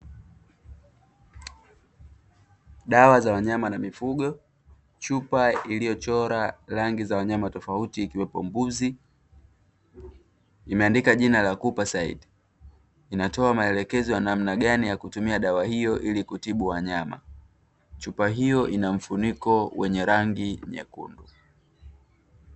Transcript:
Dawa za wanyama na mifugo chupa iliyochora rangi za wanyama tofauti ikiwepo mbuzi imeandika jina la "Kupacide", inatoa maelekezo ya namna gani ya kutumia dawa hiyo ili kutibu wanyama, chupa hiyo inamfuniko wenye rangi nyekundu.